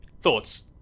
Thoughts